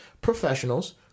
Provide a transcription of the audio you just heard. professionals